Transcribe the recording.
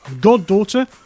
goddaughter